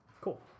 cool